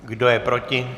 Kdo je proti?